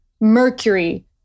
Mercury